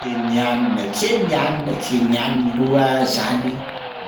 Kenianina kenianina kenianina loha zany